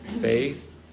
faith